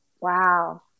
Wow